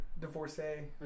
divorcee